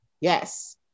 Yes